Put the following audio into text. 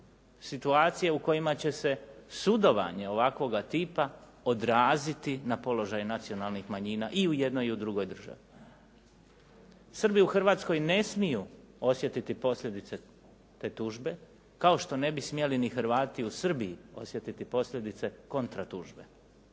situacije u kojima će se sudovanje ovakvoga tipa odraziti na položaj nacionalnih manjina i u jednoj i u drugoj državi. Srbi u Hrvatskoj ne smiju osjetiti posljedice te tužbe kao što ne bi smjeli ni Hrvati u Srbiji osjetiti posljedice kontra tužbe.